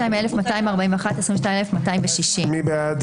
22,261 עד 22,280. מי בעד?